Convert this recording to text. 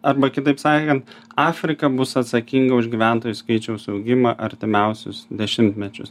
arba kitaip sakan afrika bus atsakinga už gyventojų skaičiaus augimą artimiausius dešimtmečius